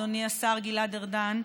אדוני השר גלעד ארדן,